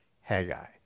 Haggai